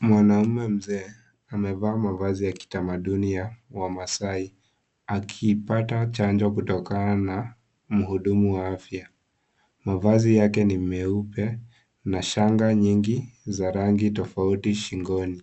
Mwanamme mzee amevaa mavazi ya kitamaduni ya wamaasai akipata chanjo kutokana na mhudumu wa afya. Mavazi yake ni meupe na shanga nyingi zenye rangi tofauti shingoni.